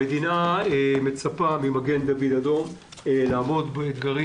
המדינה מצפה ממגן דוד אדום לעמוד באתגרים